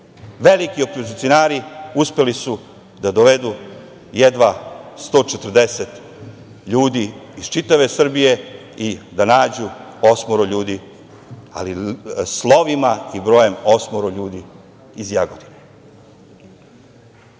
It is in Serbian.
veliki opozicionari, uspeli su da dovedu jedva 140 ljudi iz čitave Srbije i da nađu osmoro ljudi, ali slovima i brojem osmoro ljudi iz Jagodine. Naravno,